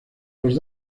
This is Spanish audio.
los